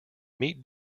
meat